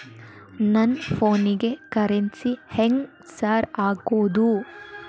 ನನ್ ಫೋನಿಗೆ ಕರೆನ್ಸಿ ಹೆಂಗ್ ಸಾರ್ ಹಾಕೋದ್?